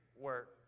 work